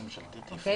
אוקיי?